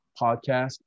podcast